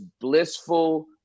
blissful